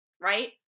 Right